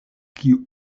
kiu